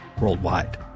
worldwide